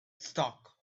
stock